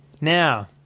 Now